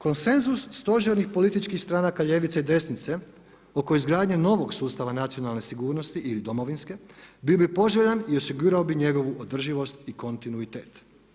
Konsenzus stožernih političkih strana ljevice i desnice oko izgradnje novo sustava nacionale sigurnosti ili domovinske bio poželjan i osigurao bi njegovu održivost i kontinuitet.